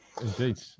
Indeed